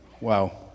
wow